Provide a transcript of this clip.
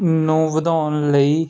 ਨੂੰ ਵਧਾਉਣ ਲਈ